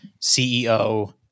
CEO